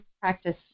practice